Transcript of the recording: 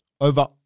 Over